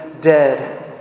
dead